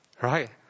right